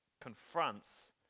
confronts